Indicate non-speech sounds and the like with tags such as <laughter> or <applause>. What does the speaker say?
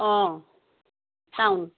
অঁ <unintelligible>